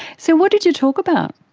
so what did you talk about?